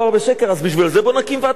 אז בשביל זה בואו נקים ועדת חקירה.